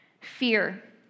fear